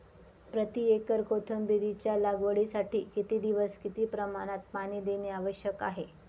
प्रति एकर कोथिंबिरीच्या लागवडीसाठी किती दिवस किती प्रमाणात पाणी देणे आवश्यक आहे?